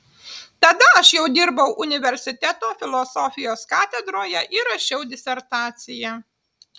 tada aš jau dirbau universiteto filosofijos katedroje ir rašiau disertaciją